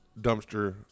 dumpster